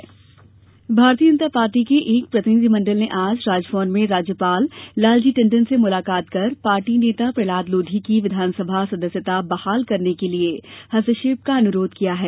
भाजपा राज्यपाल भारतीय जनता पार्टी के एक प्रतिनिधिमंडल ने आज राजभवन में राज्यपाल लालजी टंडन से मुलाकात कर पार्टी नेता प्रहलाद लोधी की विधानसभा सदस्यता बहाल करने के लिये हस्तक्षेप का अनुरोध किया है